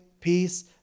peace